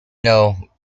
know